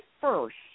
first